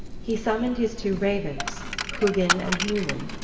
he summoned his two ravens, hugin and munin,